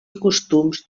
costums